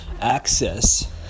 access